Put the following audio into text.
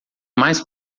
mais